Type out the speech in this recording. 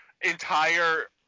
entire